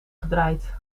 gedraaid